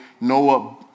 Noah